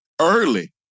early